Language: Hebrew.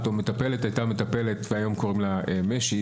או מטפלת הייתה מטפלת והיום קוראים לה מש"י,